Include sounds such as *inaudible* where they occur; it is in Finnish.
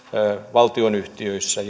valtionyhtiöissä *unintelligible*